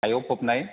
हायाव फबनाय